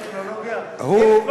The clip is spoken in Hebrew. טכנולוגיה יש שם?